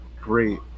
great